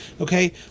Okay